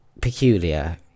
peculiar